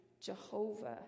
Jehovah